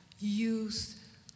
youth